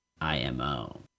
IMO